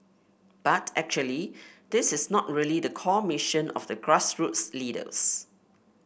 but actually this is not really the core mission of the grassroots leaders